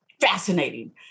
fascinating